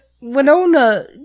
Winona